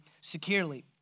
securely